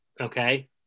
okay